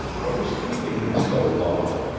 what was keeping him so long?